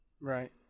Right